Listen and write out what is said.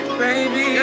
baby